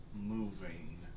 moving